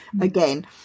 again